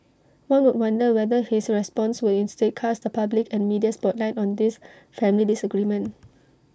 one would wonder whether his response would instead cast the public and media spotlight on this family disagreement